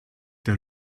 der